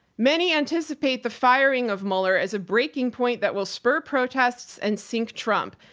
many anticipate the firing of mueller as a breaking point that will spur protests and sink trump.